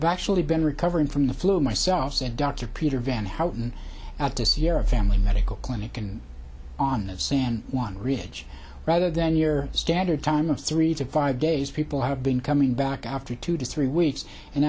but actually been recovering from the flu myself said dr peter van houten at this year a family medical clinic and on of san juan ridge rather than your standard time of three to five days people have been coming back after two to three weeks and